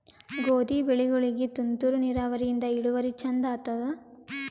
ಗೋಧಿ ಬೆಳಿಗೋಳಿಗಿ ತುಂತೂರು ನಿರಾವರಿಯಿಂದ ಇಳುವರಿ ಚಂದ ಆತ್ತಾದ?